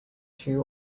two